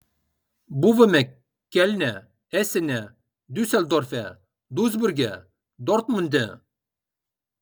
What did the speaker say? buvome kelne esene diuseldorfe duisburge dortmunde